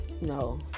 no